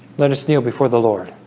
let us kneel before the lord